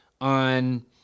on